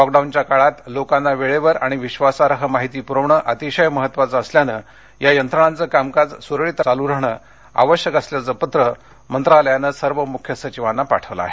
लॉकडाऊनच्या काळात लोकांना वेळेवर आणि विधासाई माहिती पुरवणं अतिशय महत्वाचं असल्यानं या यंत्रणांचं कामकाज सुरळीत चालू राहणं आवश्यक असल्याचं पत्र मंत्रालयानं सर्व मुख्य सचिवांना पाठवलं आहे